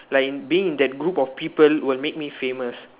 like being in that group of people will make me famous